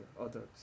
others